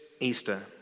Easter